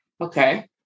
okay